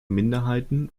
minderheiten